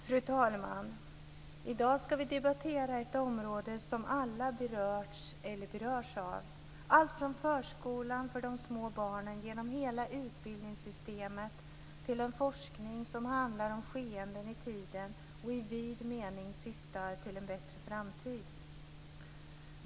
Fru talman! I dag ska vi debattera ett område som alla berörts eller berörs av. Det gäller allt från förskolan för de små barnen, genom hela utbildningssystemet till den forskning som handlar om skeenden i tiden och i vid mening syftar till en bättre framtid.